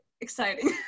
exciting